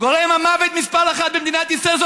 גורם המוות מספר אחת במדינת ישראל.